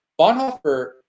Bonhoeffer